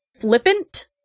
flippant